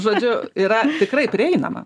žodžiu yra tikrai prieinama